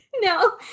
no